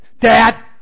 dad